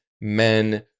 men